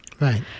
Right